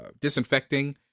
disinfecting